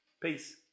Peace